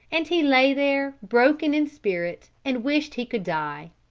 and he lay there broken in spirit and wished he could die,